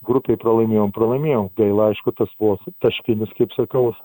grupėj pralaimėjom pralaimėjom gaila aišku tas buvo taškinės kaip sakau